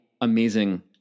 amazing